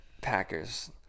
Packers